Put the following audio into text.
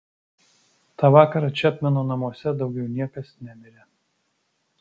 tą vakarą čepmeno namuose daugiau niekas nemirė